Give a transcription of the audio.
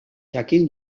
jakin